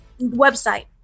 website